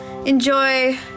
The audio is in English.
Enjoy